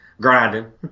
grinding